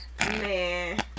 Man